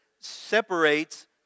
separates